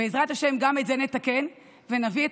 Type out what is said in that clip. ובעזרת השם גם את זה נתקן ונביא את